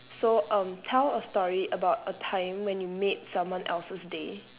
so um tell a story about a time when you made someone else's day